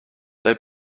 they